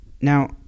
Now